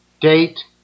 Date